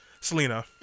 Selena